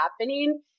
happening